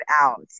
out